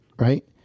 right